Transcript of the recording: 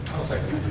i'll second.